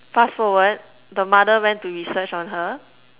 fast forward the mother went to research on her